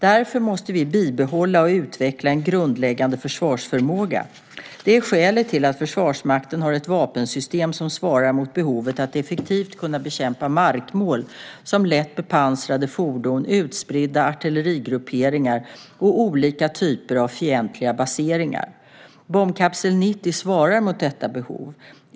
Därför måste vi bibehålla och utveckla en grundläggande försvarsförmåga. Det är skälet till att Försvarsmakten har ett vapensystem som svarar mot behovet att effektivt kunna bekämpa markmål som lätt bepansrade fordon, utspridda artillerigrupperingar och olika typer av fientliga baseringar. Bombkapsel 90 svarar mot detta behov.